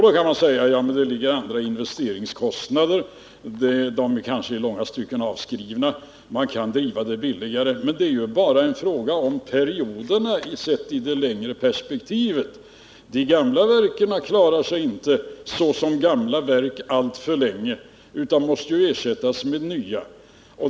Då kan man säga att det här gäller andra investeringskostnader — de är kanske i långa stycken avskrivna — och att det är därför man kan driva verksamheten billigare. Men sett i det längre perspektivet är det ju bara en fråga om perioderna. De gamla verken klarar sig inte såsom gamla verk alltför länge utan måste ersättas med nya.